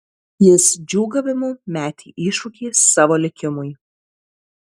jis džiūgavimu metė iššūkį savo likimui